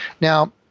Now